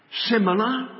similar